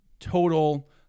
total